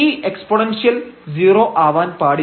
ഈ എക്സ്പോണെൻഷ്യൽ 0 ആവാൻ പാടില്ല